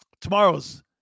tomorrow's